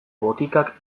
botikak